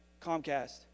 Comcast